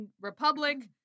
republic